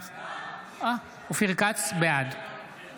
בעד